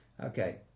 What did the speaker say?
Okay